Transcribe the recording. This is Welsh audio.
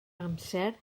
amser